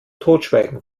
totschweigen